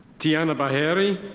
tiana bajeri.